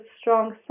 strong